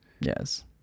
Yes